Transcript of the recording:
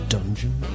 Dungeon